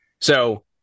So-